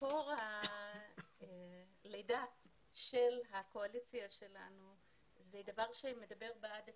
סיפור הלידה של הקואליציה שלנו הוא דבר שמדבר בעד עצמו.